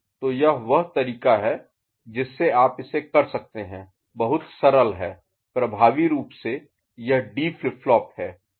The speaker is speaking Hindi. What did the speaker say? तो यह वह तरीका है जिससे आप इसे कर सकते हैं बहुत सरल है प्रभावी रूप से यह डी फ्लिप फ्लॉप है